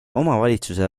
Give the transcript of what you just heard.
omavalitsuse